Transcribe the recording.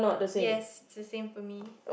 yes is the same for me